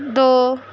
دو